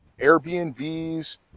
airbnbs